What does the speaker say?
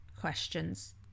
questions